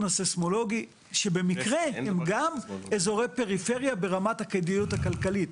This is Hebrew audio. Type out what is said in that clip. הסייסמולוגי שבמקרה הם גם אזורי פריפריה ברמת הכדאיות הכלכלית.